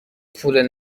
پول